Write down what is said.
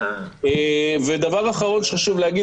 חשוב לי להגיד